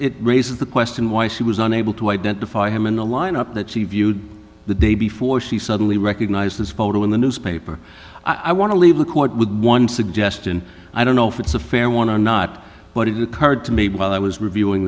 it raises the question why she was unable to identify him in the lineup that she viewed the day before she suddenly recognized this photo in the newspaper i want to leave the court with one suggestion i don't know if it's a fair one are not but it is a card to me while i was reviewing